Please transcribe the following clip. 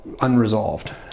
unresolved